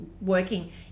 working